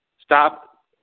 stop